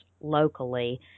locally